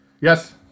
Yes